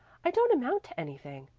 i don't amount to anything.